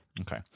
Okay